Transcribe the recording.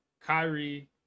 Kyrie